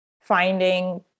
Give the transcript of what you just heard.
finding